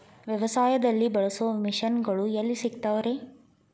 ವ್ಯವಸಾಯದಲ್ಲಿ ಬಳಸೋ ಮಿಷನ್ ಗಳು ಎಲ್ಲಿ ಸಿಗ್ತಾವ್ ರೇ?